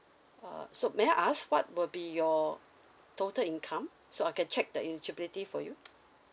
uh so may I ask what will be your total income so I can check the eligibility for you